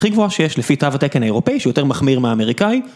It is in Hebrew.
הכי גבוהה שיש לפי תו התקן האירופאי, שהוא יותר מחמיר מהאמריקאי.